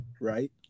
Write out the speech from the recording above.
right